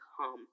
come